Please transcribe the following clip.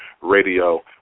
Radio